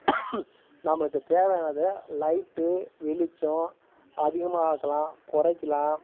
நம்மளுக்கு தேவையானதை லைட்டு வெளிச்சம் அதிகமாக ஆக்கலாம் குறைக்கலாம்